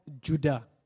Judah